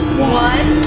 one.